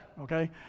okay